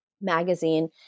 magazine